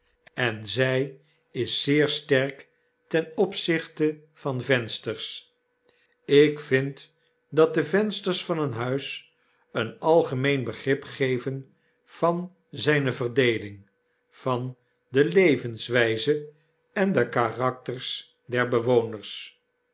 en zy is zeer sterk ten opzichte van vensters ik vind dat de vensters van een huis een algemeen begrip geven van zyne verdeeling vandelevenswyze en de karakters der bewoners